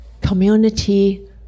Community